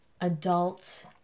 adult